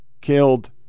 killed